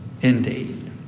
Indeed